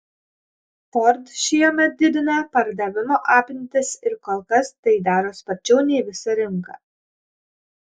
ford šiemet didina pardavimo apimtis ir kol kas tai daro sparčiau nei visa rinka